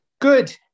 Good